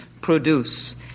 produce